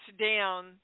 down